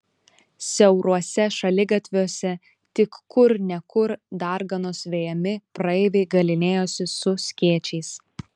siauruose šaligatviuose tik kur ne kur darganos vejami praeiviai galynėjosi su skėčiais